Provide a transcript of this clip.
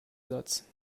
satz